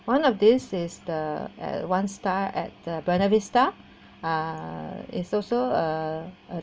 one of this is the at one star at the Buona Vista